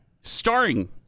Starring